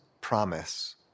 promise